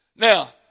Now